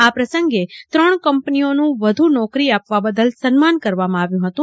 આ પ્રસંગે ત્રણ કંપનીઓનું વધુ નોકરી આપવા બદલ સન્માન કરવામાં આવ્યું હતું